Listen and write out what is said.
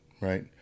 right